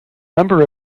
number